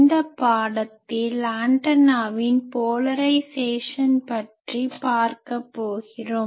இந்த பாடத்தில் ஆண்டனாவின் போலரைஸேசன் பற்றி பார்க்க போகிறோம்